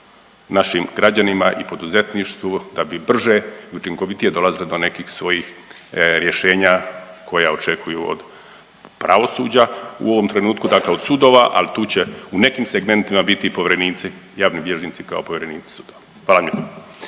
našim građanima i poduzetništvu da bi brže i učinkovitije dolazili do nekih svojih rješenja koja očekuju od pravosuđa, u ovom trenutku dakle od sudova. Ali tu će u nekim segmentima biti povjerenici, javni bilježnici kao povjerenici. Hvala